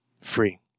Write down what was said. free